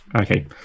Okay